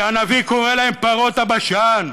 הנביא קורא להן פרות הבשן,